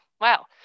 wow